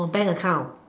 your bank account